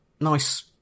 nice